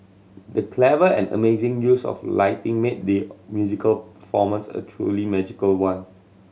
the clever and amazing use of lighting made the musical performance a truly magical one